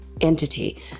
entity